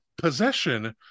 possession